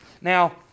Now